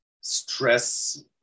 stress